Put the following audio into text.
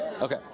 Okay